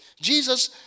Jesus